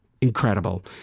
incredible